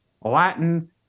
Latin